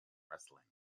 wrestling